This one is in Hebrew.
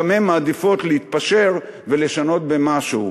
גם הן מעדיפות להתפשר ולשנות במשהו.